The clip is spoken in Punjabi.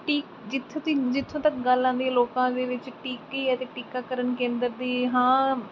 ਤੀ ਜਿੱਥੋਂ ਤੱਕ ਜਿੱਥੋਂ ਤੱਕ ਗੱਲ ਆਉਂਦੀ ਲੋਕਾਂ ਦੇ ਵਿੱਚ ਟੀਕੇ ਅਤੇ ਟੀਕਾਕਰਨ ਕੇਂਦਰ ਦੀ ਹਾਂ